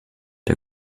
der